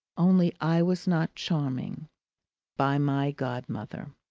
only i was not charming by my godmother.